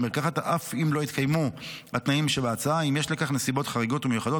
מרקחת אף אם לא התקיימו התנאים שבהצעה אם יש לכך נסיבות חריגות ומיוחדות,